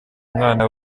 umwana